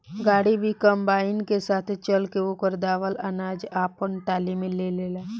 गाड़ी भी कंबाइन के साथे चल के ओकर दावल अनाज आपना टाली में ले लेला